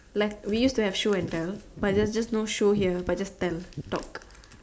like we used to have show and tell but there's just no show here but just tell talk